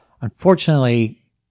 Unfortunately